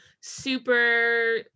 super